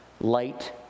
light